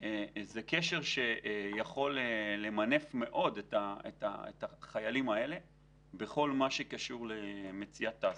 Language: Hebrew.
זה יכול למנף מאוד את החיילים האלה בכל מה שקשור למציאת תעסוקה.